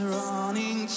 running